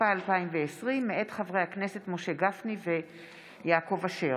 התשפ"א 2020, מאת חברי הכנסת משה גפני ויעקב אשר,